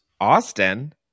Austin